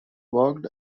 worked